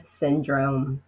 syndrome